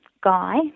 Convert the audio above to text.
guy